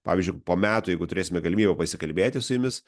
pavyzdžiui po metų jeigu turėsime galimybę pasikalbėti su jumis